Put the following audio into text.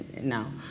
now